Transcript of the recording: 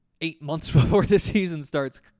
eight-months-before-the-season-starts